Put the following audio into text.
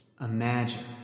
Imagine